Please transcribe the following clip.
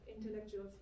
intellectuals